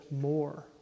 more